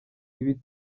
ibi